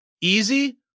easy